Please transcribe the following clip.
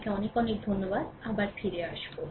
আপনাকে অনেক ধন্যবাদ আবার ফিরে আসব